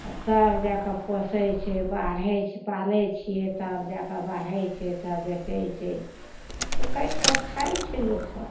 आओर तब जाकऽ पोसय छै बढ़य छै पालय छियै तब जाकऽ बढ़य छै तब बेचय छै काटि कऽ खाइ छै लोक सब